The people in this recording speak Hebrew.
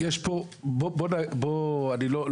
אני לא אאריך,